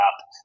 up